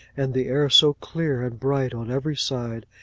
and the air so clear and bright on every side,